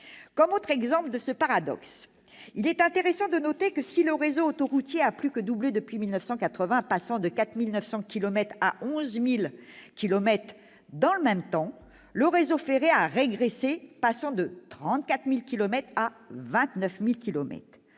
idée. Autre exemple de ce paradoxe, il est intéressant de noter que si le réseau autoroutier a plus que doublé depuis 1980, passant de 4 900 à 11 000 kilomètres, dans le même temps, le réseau ferré a régressé, passant de 34 000 à 29 000